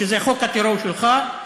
שזה חוק הטרור שלך,